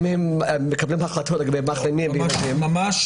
אם הם מקבלים החלטות לגבי מחלימים ולא-מחלימים,